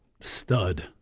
Stud